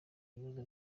ibibazo